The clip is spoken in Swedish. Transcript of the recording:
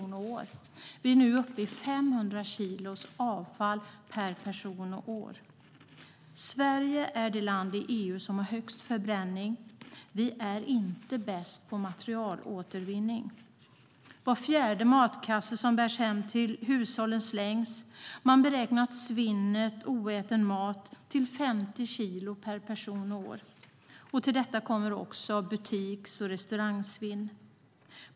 Nu är vi uppe i 500 kilo avfall per person och år. Sverige är det land i EU som har högst förbränning. Vi är inte bäst på materialåtervinning. Var fjärde matkasse som bärs hem till hushållen slängs. Man beräknar svinnet, oäten mat, till 50 kilo per person och år. Till detta kommer restaurang och butikssvinn.